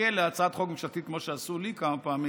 ונחכה להצעת חוק ממשלתית, כמו שעשו לי כמה פעמים,